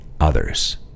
others